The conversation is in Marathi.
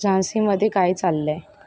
झांसीमध्ये काय चाललं आहे